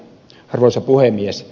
arvoisa puhemies